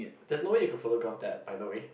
there's no way you could photograph that by the way